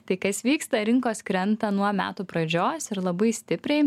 tai kas vyksta rinkos krenta nuo metų pradžios ir labai stipriai